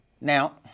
Now